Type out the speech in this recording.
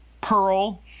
Pearl